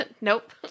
Nope